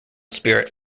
spirit